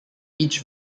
each